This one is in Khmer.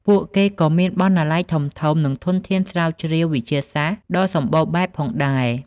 ពួកគេក៏មានបណ្ណាល័យធំ និងធនធានស្រាវជ្រាវវិទ្យាសាស្ត្រដ៏សម្បូរបែបផងដែរ។